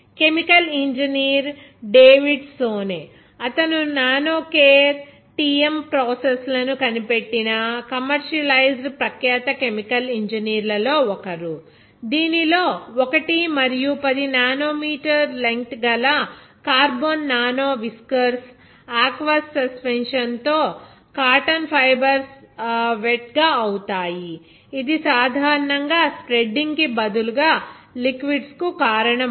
chemical engineer David Soane అతను nano care TM process లను కనిపెట్టిన కమెర్షియలైజ్డ్ ప్రఖ్యాత కెమికల్ ఇంజనీర్లలో ఒకరు దీనిలో 1 మరియు 10 nm లెంగ్త్ గల కార్బన్ నానో విస్కర్స్ ఆక్వస్ సస్పెన్షన్తో కాటన్ ఫైబర్స్ వెట్ గా అవుతాయి ఇది సాధారణంగా స్ప్రేడ్డింగ్ కి బదులుగా లిక్విడ్స్ కు కారణమవుతుంది